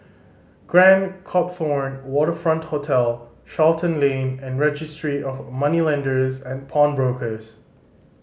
Grand Copthorne Waterfront Hotel Charlton Lane and Registry of Moneylenders and Pawnbrokers